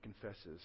confesses